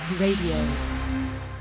Radio